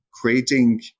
creating